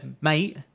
mate